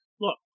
Look